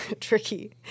tricky